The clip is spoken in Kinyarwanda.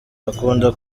akunda